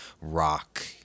rock